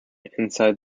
inside